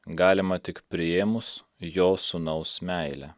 galima tik priėmus jo sūnaus meilę